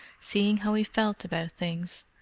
seeing how he felt about things,